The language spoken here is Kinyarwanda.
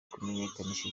kumenyekanisha